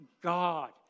God